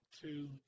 Two